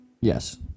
yes